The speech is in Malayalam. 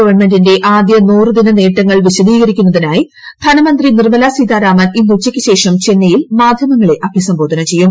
ഗവൺമെന്റിന്റെ ആദ്യ നൂറ് ദിന നേട്ടങ്ങൾ വിശദീകരിക്കുന്നതിനായി ധനമന്ത്രി നിർമ്മല സീതാരാമൻ ഇന്ന് ഉച്ചയ്ക്കു ശേഷം ചെന്നൈയിൽ മാധ്യമങ്ങളെ അഭിസംബോധന ചെയ്യും